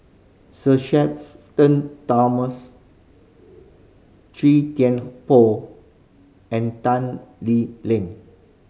Sir Shenton Thomas Chua Thian Poh and Tan Lee Leng